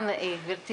אוקי, תודה רבה.